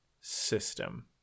system